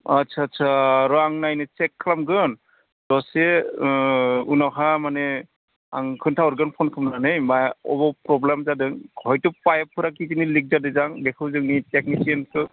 अ आस्सा आस्सा र' आं नायनो सेक खालामगोन दसे उनावहा माने आं खोन्था हरगोन फन खालामनानै मा अबाव प्रब्लेम जादों हयथु पाइप फोरा खिजानि लिक जादो दां बेखौ जोंनि टेकनिसियानखो